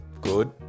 Good